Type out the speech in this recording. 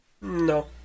No